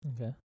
okay